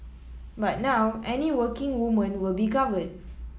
but now any working woman will be covered